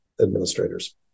administrators